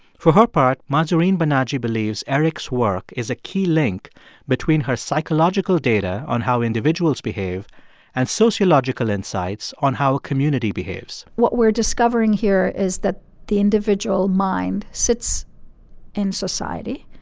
for her part, mahazrin banaji believes eric's work is a key link between her psychological data on how individuals behave and sociological insights on how a community behaves what we're discovering here is that the individual mind sits in society.